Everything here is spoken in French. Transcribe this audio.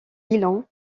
gillon